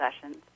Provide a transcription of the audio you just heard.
sessions